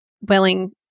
willing